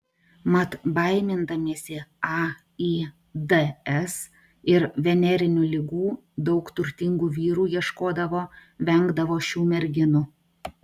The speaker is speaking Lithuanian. mat baimindamiesi aids ir venerinių ligų daug turtingų vyrų ieškodavo vengdavo šių merginų